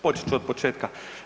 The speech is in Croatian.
Počet ću od početka.